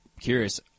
curious